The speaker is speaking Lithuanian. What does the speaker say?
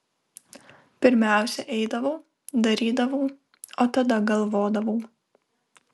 pirmiausia eidavau darydavau o tada galvodavau